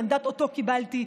המנדט שאותו קיבלתי,